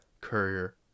Courier